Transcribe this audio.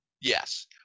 Yes